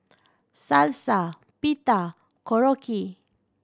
Salsa Pita and Korokke